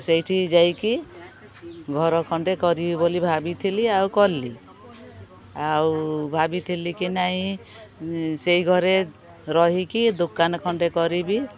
ସେଇଠି ଯାଇକି ଘର ଖଣ୍ଡେ କରିବି ବୋଲି ଭାବିଥିଲି ଆଉ କଲି ଆଉ ଭାବିଥିଲି କି ନାଇଁ ସେଇ ଘରେ ରହିକି ଦୋକାନ ଖଣ୍ଡେ କରିବି